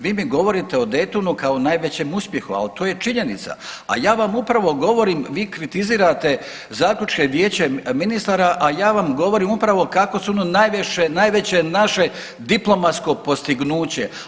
Vi mi govorite o Daytonu kao najvećem uspjehu, ali to je činjenica, a ja vam upravo govorim, vi kritizirate zaključke vijeće ministara, a ja vam govorim upravo kako su ono najviše, najveće naše diplomatsko postignuće.